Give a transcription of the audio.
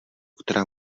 která